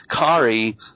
Kari